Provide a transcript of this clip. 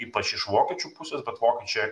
ypač iš vokiečių pusės bet vokiečiai